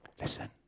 listen